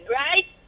right